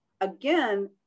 again